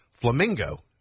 Flamingo